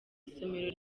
isomero